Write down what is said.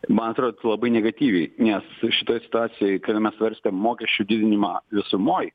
man atrodytų labai negatyviai nes su šitoj situacijoj kada mes svarstėm mokesčių didinimą visumoj